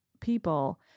people